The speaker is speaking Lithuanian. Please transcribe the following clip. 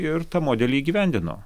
ir tą modelį įgyvendino